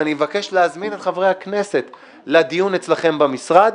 ואני מבקש להזמין את חברי הכנסת לדיון אצלכם במשרד,